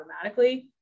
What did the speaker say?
automatically